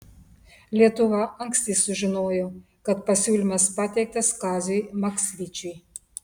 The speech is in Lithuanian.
lietuva anksti sužinojo kad pasiūlymas pateiktas kaziui maksvyčiui